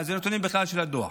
אלה נתונים של הדוח.